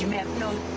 um have known,